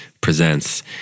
presents